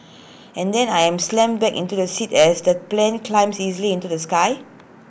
and then I am slammed back into the seat as the plane climbs easily into the sky